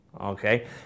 Okay